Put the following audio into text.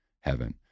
heaven